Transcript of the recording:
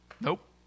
Nope